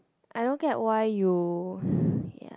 I don't get why you yeah